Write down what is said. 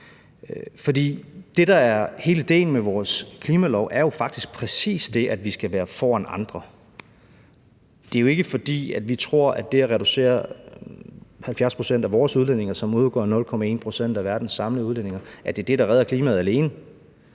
Det, der er hele ideen med vores klimalov, er jo faktisk præcis det, at vi skal være foran andre. Det er jo ikke, fordi vi tror, at det at reducere 70 pct. af vores udledninger, som udgør 0,1 pct. af verdens samlede udledninger, er det, der alene redder klimaet. Men